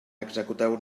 executeu